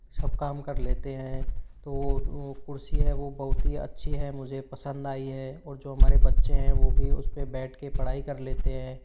सब काम कर लेते हैं तो वो कुर्सी है वो बहुत ही अच्छी है मुझे पसंद आई है और जो हमारे बच्चे हैं वो भी उसपे बैठ के पढ़ाई कर लेते हैं